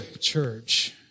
church